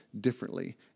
differently